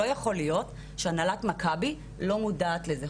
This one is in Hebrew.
לא יכול להיות שהנהלת מכבי לא מודעת לזה.